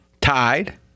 tied